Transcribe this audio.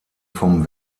vom